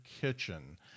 Kitchen